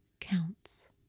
counts